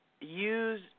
use